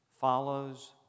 follows